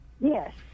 Yes